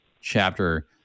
chapter